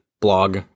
blog